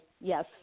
Yes